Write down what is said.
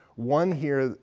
one here,